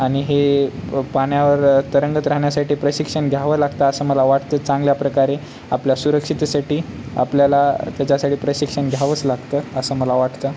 आणि हे पाण्यावर तरंगत राहण्यासाठी प्रशिक्षण घ्यावं लागतं असं मला वाटतं चांगल्या प्रकारे आपल्या सुरक्षिततेसाठी आपल्याला त्याच्यासाठी प्रशिक्षण घ्यावंच लागतं असं मला वाटतं